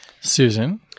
Susan